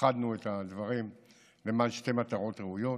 איחדנו את הדברים למען שתי מטרות ראויות.